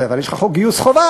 אבל יש לך חוק גיוס חובה,